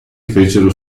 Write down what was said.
fecero